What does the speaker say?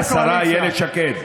השרה אילת שקד,